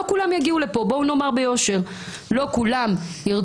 ולא כולם יגיעו לפה, בואו נאמר ביושר.